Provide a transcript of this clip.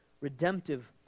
redemptive